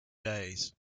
days